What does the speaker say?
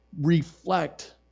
reflect